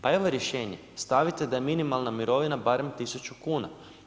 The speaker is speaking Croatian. Pa evo rješenje, stavite da je minimalna mirovina barem 1000 kuna.